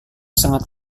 sangat